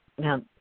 Now